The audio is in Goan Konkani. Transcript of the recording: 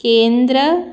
केंद्र